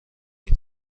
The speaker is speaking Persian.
این